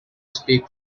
speak